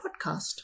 Podcast